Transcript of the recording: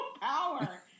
power